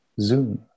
Zoom